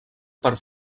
per